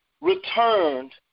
returned